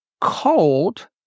cold